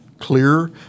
clear